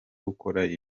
ukora